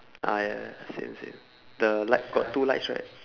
ah ya ya same same the light got two lights right